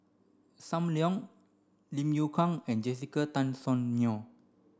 Sam Leong Lim Yew Kuan and Jessica Tan Soon Neo